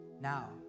Now